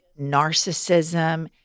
narcissism